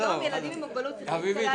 כיום ילדים עם מוגבלות צריכים --- לא,